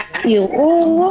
בערעור,